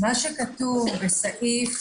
מה שכתוב בסעיף